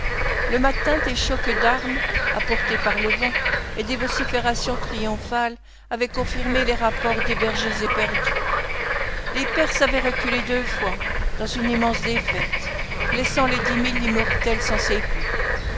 le matin des chocs d'armes apportés par le vent et des vociférations triomphales avaient confirmé les rapports des bergers éperdus les perses avaient reculé deux fois dans une immense défaite laissant les dix mille immortels sans sépulcre